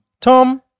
Tom